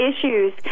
issues